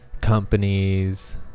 companies